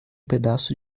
pedaço